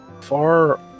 far